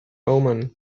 omen